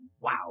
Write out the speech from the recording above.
Wow